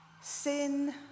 Sin